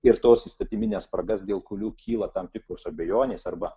ir tos įstatymines spragas dėl kurių kyla tam tikros abejonės arba